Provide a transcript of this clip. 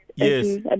Yes